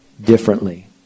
differently